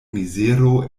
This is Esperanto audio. mizero